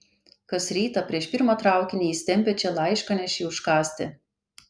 kas rytą prieš pirmą traukinį jis tempia čia laiškanešį užkąsti